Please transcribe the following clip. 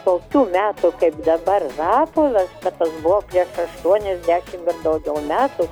tokių metų kaip dabar rapolas bet tas buvo prieš aštuoniasdešim ir daugiau metų